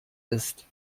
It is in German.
ist